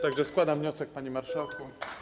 Tak że składam wniosek, panie marszałku.